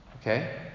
Okay